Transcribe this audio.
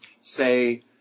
say